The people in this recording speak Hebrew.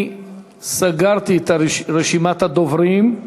אני סגרתי את רשימת הדוברים,